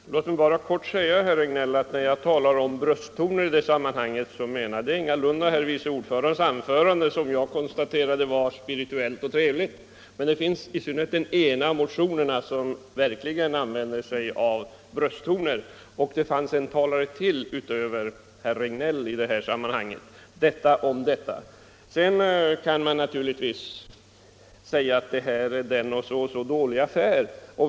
Herr talman! Låt mig bara kortfattat säga, herr Regnéll, att när jag talar om brösttoner i det här sammanhanget så menar jag ingalunda herr vice ordförandens anförande, som jag konstaterade var spirituellt och trevligt. Men, i synnerhet i den ena av motionerna förekommer verkligen brösttoner, och det fanns en talare till utöver herr Regnéll i detta sammanhang. Man kan naturligtvis säga att detta är en dålig affär.